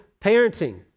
parenting